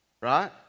right